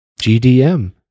gdm